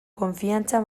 konfiantza